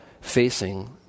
facing